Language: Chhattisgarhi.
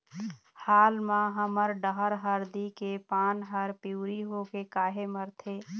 हाल मा हमर डहर हरदी के पान हर पिवरी होके काहे मरथे?